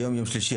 היום יום שלישי,